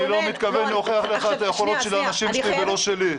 אני לא מתכוון להוכיח לך את היכולות של האנשים שלי ולא שלי.